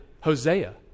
Hosea